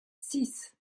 six